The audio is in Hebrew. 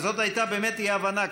זאת הייתה באמת אי-הבנה,